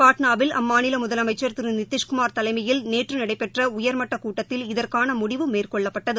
பாட்ளாவில் அம்மாநில முதலமைசள் திரு நிதிஷ்குமார் தலைமையில் நேறறு நடைபெற்ற உயா்மட்டக் கூட்டத்தில் இதற்கான முடிவு மேற்கொள்ளப்பட்டது